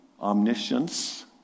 omniscience